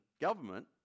government